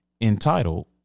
Entitled